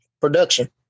production